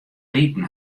riden